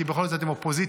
כי בכל זאת אתם אופוזיציה,